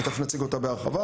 ותכף נציג אותה בהרחבה,